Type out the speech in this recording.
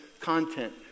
content